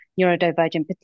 neurodivergent